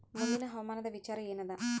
ಮುಂದಿನ ಹವಾಮಾನದ ವಿಚಾರ ಏನದ?